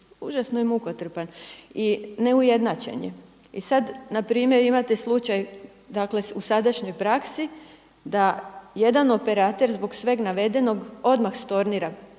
užasno je mukotrpan i neujednačen je. I sad na primjer imate slučaj, dakle u sadašnjoj praksi da jedan operater zbog sveg navedenog odmah stornira